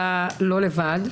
אתה לא לבד.